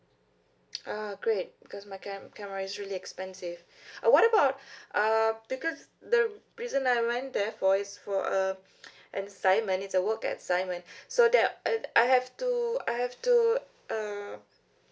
ah great because my cam~ camera is really expensive uh what about uh because the reason I went there for is for a assignment it's a work assignment so that I I have to I have to uh